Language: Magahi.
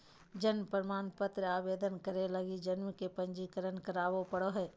जन्म प्रमाण पत्र आवेदन करे लगी जन्म के पंजीकरण करावे पड़ो हइ